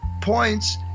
points